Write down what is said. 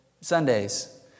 Sundays